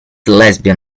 lesbian